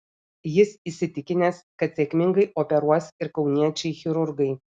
jis įsitikinęs kad sėkmingai operuos ir kauniečiai chirurgai